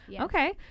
Okay